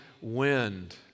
wind